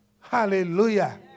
Hallelujah